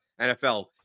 NFL